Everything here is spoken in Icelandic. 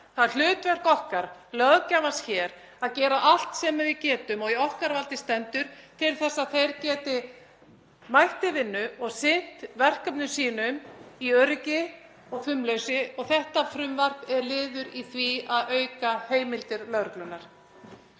það hlutverk okkar, löggjafans hér, að gera allt sem við getum og í okkar valdi stendur til þess að þeir geti mætti vinnu og sinnt verkefnum sínum af öryggi og fumleysi og þetta frumvarp er liður í því að auka heimildir lögreglunnar.